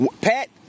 Pat